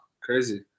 crazy